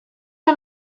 que